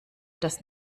das